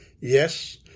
Yes